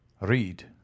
read